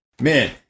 Man